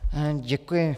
Děkuji.